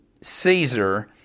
Caesar